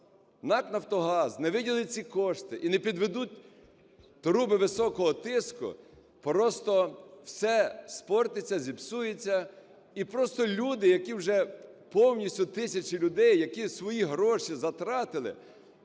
НАК "Нафтогаз" не виділить ці кошти і не підведуть труби високого тиску, просто все спортиться, зіпсується і просто люди, які вже повністю, тисячі людей, які свої гроші затратили,